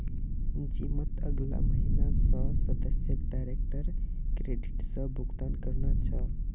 जिमत अगला महीना स सदस्यक डायरेक्ट क्रेडिट स भुक्तान करना छ